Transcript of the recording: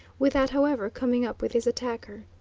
without, however, coming up with his attacker.